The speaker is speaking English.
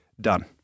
done